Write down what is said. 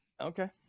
Okay